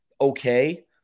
Okay